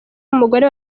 umugore